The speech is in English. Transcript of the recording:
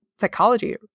psychology